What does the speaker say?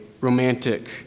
romantic